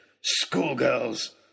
schoolgirls